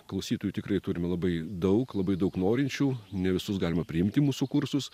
klausytojų tikrai turime labai daug labai daug norinčių ne visus galima priimti į mūsų kursus